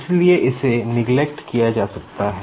इसलिए इसे निग्लेक्ट किया जा सकता है